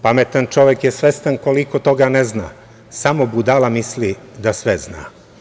Pametan čovek je svestan koliko toga ne zna, samo budala misli da sve zna.